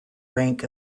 rank